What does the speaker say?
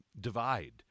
divide